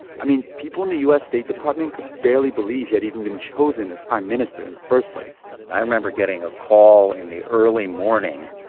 i mean, people in the u s. state department could barely believe he had even been chosen as prime minister in the first place i remember getting a call in the early morning